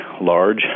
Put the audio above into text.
large